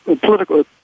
Political